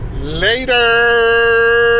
Later